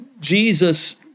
Jesus